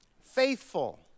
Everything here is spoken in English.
Faithful